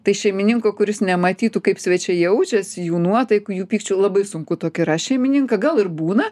tai šeimininko kuris nematytų kaip svečiai jaučiasi jų nuotaikų jų pykčių labai sunku tokį rast šeimininką gal ir būna